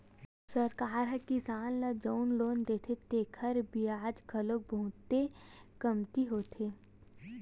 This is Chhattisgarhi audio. सरकार ह किसान ल जउन लोन देथे तेखर बियाज घलो बहुते कमती होथे